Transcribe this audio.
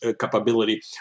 capability